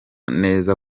neza